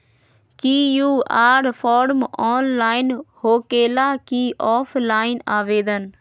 QR form online होकेला कि offline आवेदन?